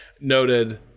noted